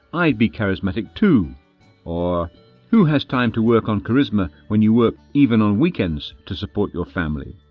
i'd be charismatic too' or who has time to work on charisma when you work even on weekends to support your family,